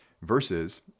Versus